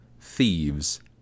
thieves